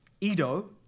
Edo